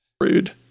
Rude